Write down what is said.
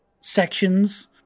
sections